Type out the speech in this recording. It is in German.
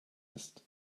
ist